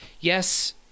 yes